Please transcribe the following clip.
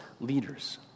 leaders